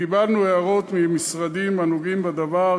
וקיבלנו הערות מהמשרדים הנוגעים בדבר,